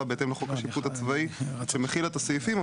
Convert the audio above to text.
בהתאם לחוק השיפוט הצבאי ומחיל את הסעיפים,